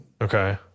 Okay